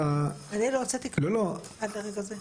אני לא הוצאתי כלום עד לרגע זה.